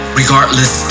regardless